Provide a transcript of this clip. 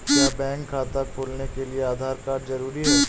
क्या बैंक खाता खोलने के लिए आधार कार्ड जरूरी है?